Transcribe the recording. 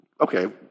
okay